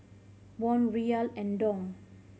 Won Riyal and Dong